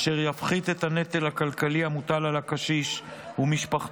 אשר יפחית את הנטל הכלכלי המוטל על הקשיש ומשפחתו,